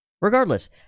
Regardless